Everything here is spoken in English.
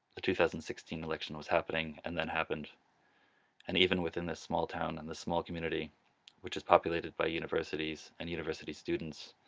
the two thousand and sixteen election was happening and then happened and even within this small town and the small community which is populated by universities and university students,